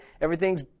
Everything's